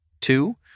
two